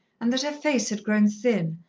and that her face had grown thin,